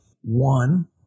One